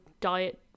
diet